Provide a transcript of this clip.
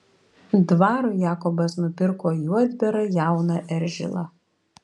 dvarui jakobas nupirko juodbėrą jauną eržilą